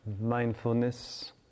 mindfulness